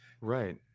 Right